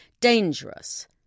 dangerous